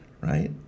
right